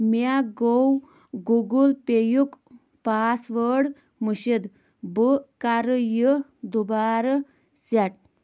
مےٚ گوٚو گوٗگٕل پے یُک پاس وٲرڈ مٔشِد بہٕ کَرٕ یہِ دُوبارٕ سٮ۪ٹ